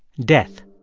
death